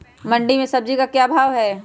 मंडी में सब्जी का क्या भाव हैँ?